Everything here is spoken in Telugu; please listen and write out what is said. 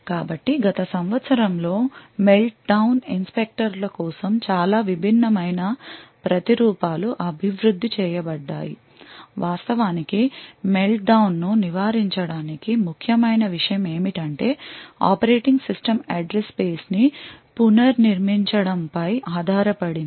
కాబట్టి గత సంవత్సరంలో మెల్ట్డౌన్ ఇన్స్పెక్టర్ల కోసం చాలా విభిన్నమైన ప్రతిరూపాలు అభివృద్ధి చేయబడ్డాయి వాస్తవానికి మెల్ట్డౌన్ను నివారించడానికి ముఖ్యమైన విషయం ఏమిటంటే ఆపరేటింగ్ సిస్టమ్ అడ్రస్ స్పేస్ ని పునర్నిర్మించడంపై ఆధారపడింది